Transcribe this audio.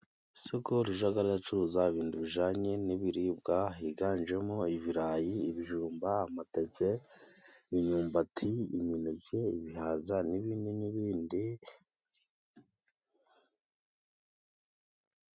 Isoko rijagariracuruza ibindu bijanye n'ibiribwa higanjemo: ibirayi, ibijumba, amateke, imyumbati, imineke, ibihaza n'ibini n'ibindi...